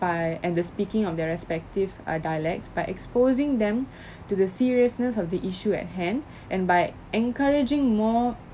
by and the speaking of their respective err dialects by exposing them to the seriousness of the issue at hand and by encouraging more